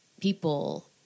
people